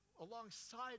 alongside